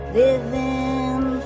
living